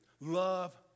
love